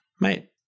mate